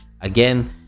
Again